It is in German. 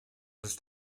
ist